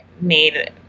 made